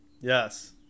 Yes